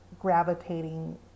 gravitating